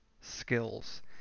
skills